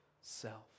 self